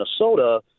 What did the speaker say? Minnesota